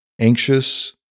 anxious